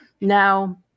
Now